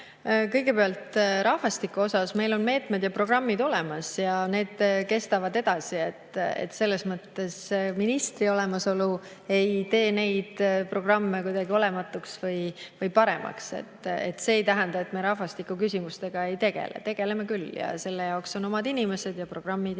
Kõigepealt, rahvastiku valdkonnas meil on meetmed ja programmid olemas ja need kestavad edasi. Ministri olemasolu ei tee neid programme kuidagi olematuks või paremaks. See ei tähenda, et me rahvastikuküsimustega ei tegele. Tegeleme küll ja selle jaoks on omad inimesed, programmid